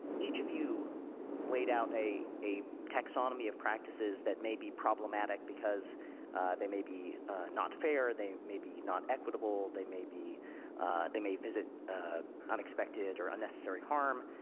each of you laid out a a taxonomy of practices that may be problematic because they may be not fair, they may be not equitable, they may be they may visit unexpected or unnecessary harm,